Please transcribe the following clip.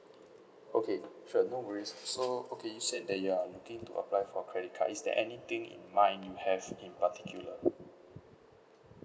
okay sure no worries so okay you said that you are looking to apply for credit card is there anything in mind you have in particular